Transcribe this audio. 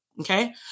okay